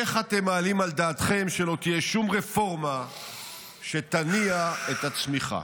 איך אתם מעלים על דעתכם שלא תהיה שום רפורמה שתניע את הצמיחה?